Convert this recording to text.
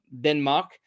Denmark